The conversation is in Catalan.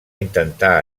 intentar